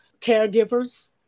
caregivers